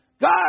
God